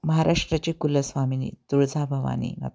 महाराष्ट्राची कुलस्वामीनी तुळजाभवानी माता